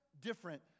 different